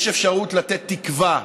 יש אפשרות לתת תקווה,